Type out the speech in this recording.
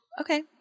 Okay